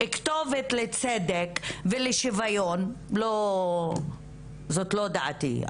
כתובת לצדק ולשוויון זאת לא דעתי,